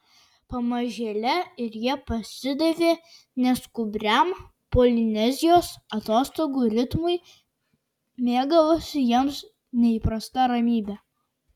pamažėle ir jie pasidavė neskubriam polinezijos atostogų ritmui mėgavosi jiems neįprasta ramybe